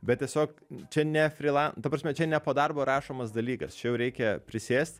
bet tiesiog čia ne frila ta prasme čia ne po darbo rašomas dalykas čia jau reikia prisėst